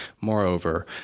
moreover